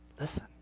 listen